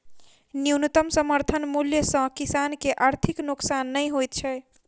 न्यूनतम समर्थन मूल्य सॅ किसान के आर्थिक नोकसान नै होइत छै